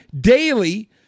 daily